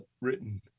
written